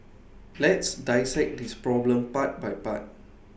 let's dissect this problem part by part